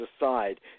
aside